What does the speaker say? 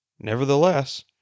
Nevertheless